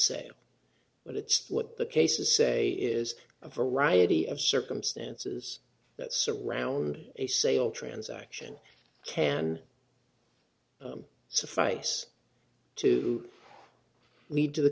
but it's what the cases say is a variety of circumstances that surround a sale transaction can suffice to lead to the